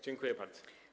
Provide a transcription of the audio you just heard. Dziękuję bardzo.